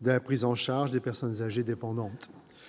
de la prise en charge des personnes âgées dépendantes.